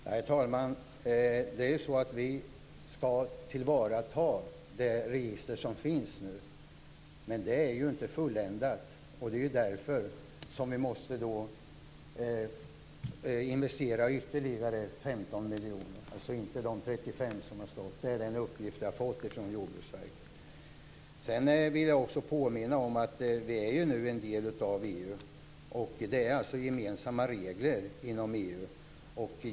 Herr talman! Vi skall tillvarata det register som finns. Det är inte fulländat. Det är därför som vi måste investera ytterligare 15 miljoner, inte de 35 miljoner som det har stått i papperen. Det är den uppgift jag har fått från Jordbruksverket. Jag vill påminna om att vi nu är en del av EU. Det råder gemensamma regler inom EU.